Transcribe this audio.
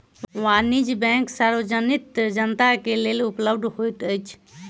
वाणिज्य बैंक सार्वजनिक जनता के लेल उपलब्ध होइत अछि